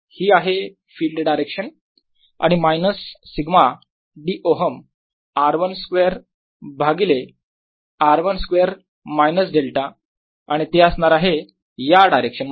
हि आहे field direction आणि minus sigma dΩ r 1 square भागिले r 1 स्क्वेअर मायनस डेल्टा आणि ते असणार आहे या डायरेक्शन मध्ये